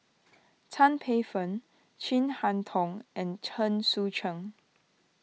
Tan Paey Fern Chin Harn Tong and Chen Sucheng